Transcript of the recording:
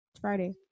friday